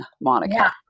Monica